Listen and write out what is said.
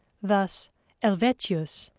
thus helvetius,